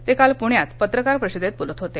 ते काल पुण्यात पत्रकार परिषदेत बोलत होते